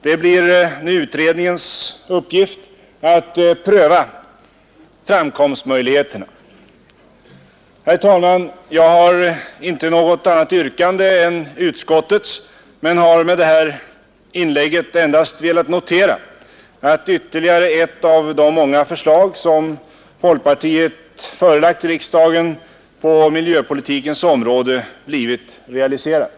Det blir nu utredningens uppgift att pröva framkomstmöjligheterna. Herr talman! Jag har inte något annat yrkande än utskottets utan har med det här inlägget endast velat notera att ytterligare ett av de många förslag som folkpartiet förelagt riksdagen på miljöpolitikens område blivit realiserat.